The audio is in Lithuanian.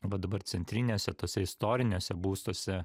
va dabar centriniuose tuose istoriniuose būstuose